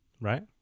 right